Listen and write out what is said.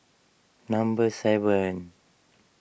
number seven